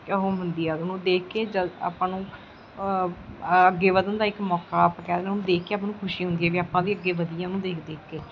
ਉਹ ਹੁੰਦੀ ਆ ਉਹਨੂੰ ਦੇਖ ਕੇ ਜਦੋਂ ਆਪਾਂ ਨੂੰ ਅੱਗੇ ਵਧਣ ਦਾ ਇੱਕ ਮੌਕਾ ਆਪ ਕਹਿ ਦਿੰਦੇ ਉਹਨੂੰ ਦੇਖ ਕੇ ਆਪਾਂ ਨੂੰ ਖੁਸ਼ੀ ਹੁੰਦੀ ਹੈ ਵੀ ਆਪਾਂ ਵੀ ਅੱਗੇ ਵਧੀਏ ਉਹਨੂੰ ਦੇਖ ਦੇਖ ਕੇ